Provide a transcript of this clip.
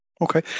Okay